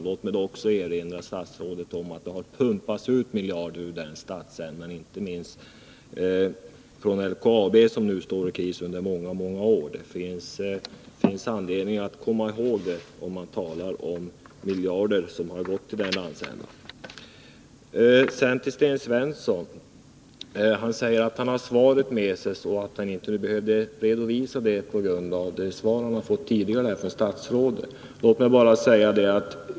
Låt mig då påminna om att det under många år har pumpats ut miljarder från denna landsända, inte minst genom LKAB, som nu befinner sig i kris. Det finns anledning att komma ihåg det när man talar om de miljarder som har gått till denna landsända. Sten Svensson säger att han har svaret med sig men att han inte behöver redovisa det, med tanke på det svar han tidigare fått av statsrådet.